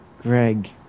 Greg